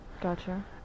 Gotcha